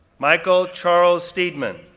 michael charles steedman,